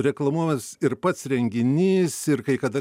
reklamuos ir pats renginys ir kai kada